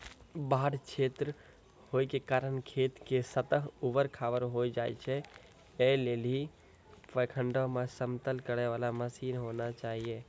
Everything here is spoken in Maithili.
बाढ़ क्षेत्र होय के कारण खेत के सतह ऊबड़ खाबड़ होय जाए छैय, ऐ लेली प्रखंडों मे समतल करे वाला मसीन होना चाहिए?